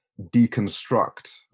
deconstruct